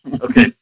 okay